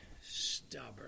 stubborn